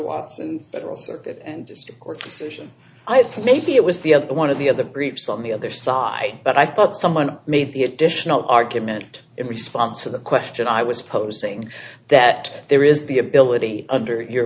watson federal circuit and district court decision for maybe it was the other one of the other briefs on the other side but i thought someone made the additional argument in response to the question i was posing that there is the ability under your